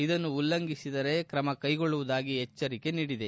ಇದನ್ನು ಉಲ್ಲಂಘಿಸಿದರೆ ಕ್ರಮ ಕ್ಕೆಗೊಳ್ಳುವುದಾಗಿ ಎಚ್ಚರಿಕೆ ನೀಡಿದೆ